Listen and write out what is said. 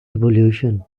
evolution